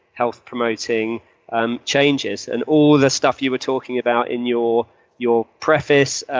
health promoting and changes. and all of the stuff you were talking about in your your preface,